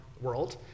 world